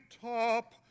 top